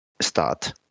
start